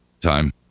time